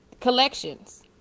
collections